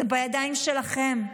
זה בידיים שלכם.